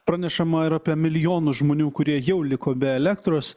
pranešama ir apie milijonus žmonių kurie jau liko be elektros